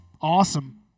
awesome